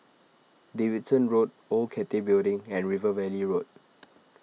Davidson Road Old Cathay Building and River Valley Road